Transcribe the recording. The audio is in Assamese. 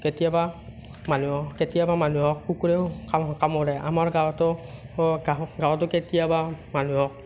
কেতিয়াবা মানুহক কেতিয়াবা মানুহক কুকুৰেও কামোৰে আমাৰ গাঁৱতো গাঁৱতো কেতিয়াবা মানুহক